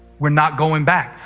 we're not going back.